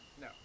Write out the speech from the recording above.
No